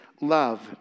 love